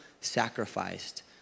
sacrificed